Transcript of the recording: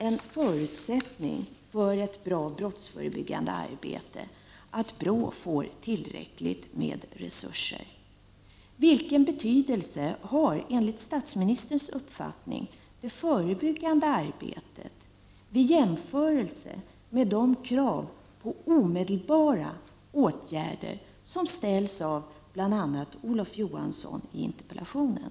En förutsättning för ett bra brottsförebyggande arbete är således att BRÅ får tillräckliga resurser. Vilken betydelse har enligt statsministerns uppfattning det förebyggande arbetet vid jämförelse med de krav på omedelbara åtgärder som ställs av bl.a. Olof Johansson i interpellationen?